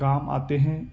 کام آتے ہیں